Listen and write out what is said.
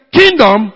kingdom